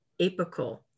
apical